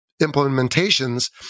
implementations